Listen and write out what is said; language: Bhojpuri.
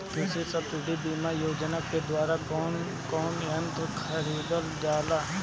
कृषि सब्सिडी बीमा योजना के द्वारा कौन कौन यंत्र खरीदल जाला?